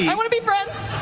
yeah want to be friends.